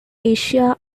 asia